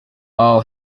all